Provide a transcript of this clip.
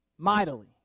mightily